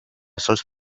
sols